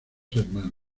hermanos